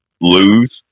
lose